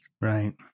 Right